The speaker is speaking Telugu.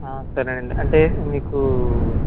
సరే అండి అంటే మీకూ